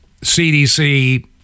CDC